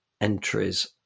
entries